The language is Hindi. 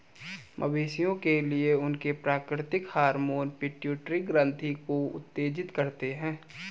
मवेशियों के लिए, उनके प्राकृतिक हार्मोन पिट्यूटरी ग्रंथि को उत्तेजित करते हैं